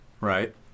Right